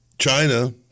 China